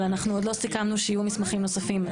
אבל אנחנו עוד לא סיכמנו שיהיו מסמכים נוספים.